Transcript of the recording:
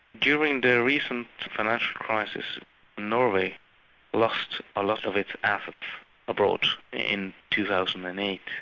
during the recent financial crisis norway lost a lot of its assets abroad in two thousand and eight.